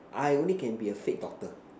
I only can be a fate doctor